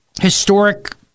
historic